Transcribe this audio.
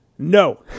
No